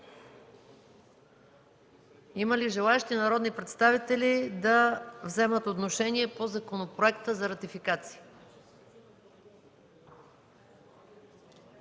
Има ли желаещи народни представители да вземат отношение по Законопроекта за ратификация?